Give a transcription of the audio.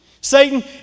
Satan